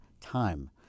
time